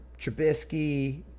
trubisky